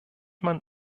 man